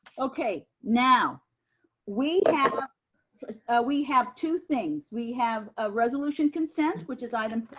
okay. now we and we have two things. we have a resolution consent, which is item